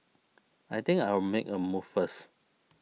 I think I'll make a move first